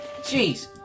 Jeez